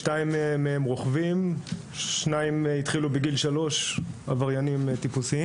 כולם חייבים להיות בפסגה העולמית?